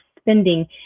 spending